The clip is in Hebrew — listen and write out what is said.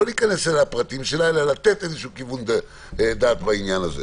לא להיכנס לפרטים שלה אלא לתת איזשהו כיוון בעניין הזה.